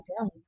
down